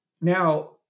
Now